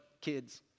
kids